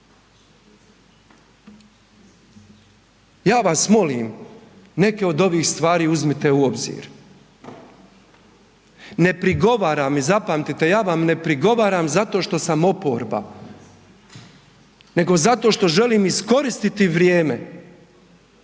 Ja vas molim, neke od ovih stvari uzmite u obzir. Ne prigovaram i zapamtite, ja vam ne prigovaram zato što sam oporba nego zato što želim iskoristiti vrijeme